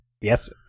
Yes